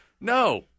no